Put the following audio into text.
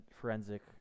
forensic